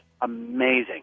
amazing